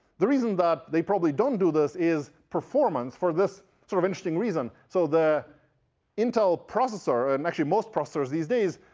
the reason that they probably don't do this is performance for this sort of interesting reason. so that intel processor, ah and actually most processors these days,